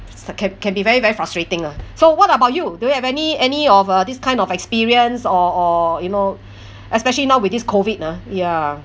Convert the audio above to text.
so can can be very very frustrating lah so what about you do you have any any of uh this kind of experience or or you know especially now with this COVID ah ya